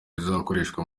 zizakoreshwa